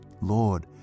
lord